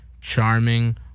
charming